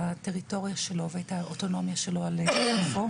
הטריטוריה שלו ואת האוטונומיה שלו על גופו.